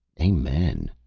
amen.